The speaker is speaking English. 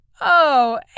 Oh